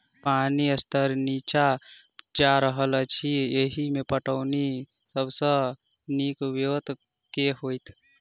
पानि स्तर नीचा जा रहल अछि, एहिमे पटौनीक सब सऽ नीक ब्योंत केँ होइत?